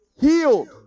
healed